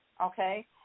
okay